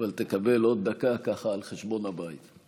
אבל תקבל עוד דקה, ככה, על חשבון הבית.